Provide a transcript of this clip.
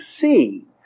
see